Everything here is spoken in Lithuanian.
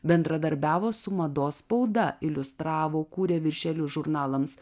bendradarbiavo su mados spauda iliustravo kūrė viršelius žurnalams